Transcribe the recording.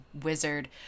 wizard